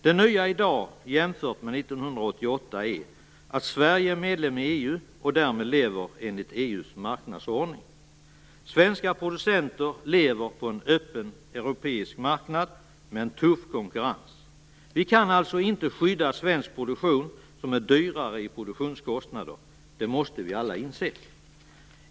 Det nya i dag jämfört med 1988 är att Sverige är medlem i EU och därmed lever enligt EU:s marknadsordning. Svenska producenter lever på en öppen europeisk marknad med en tuff konkurrens. Vi kan alltså inte skydda svensk produktion som är dyrare i produktionskostnader, det måste vi alla inse.